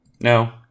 No